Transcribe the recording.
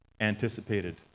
anticipated